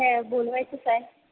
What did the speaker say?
ए बोलवायचंच आहे